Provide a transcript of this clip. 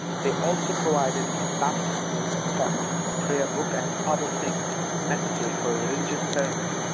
they also provided a baptismal font, a prayer-book, and other things necessary for a religious ceremony,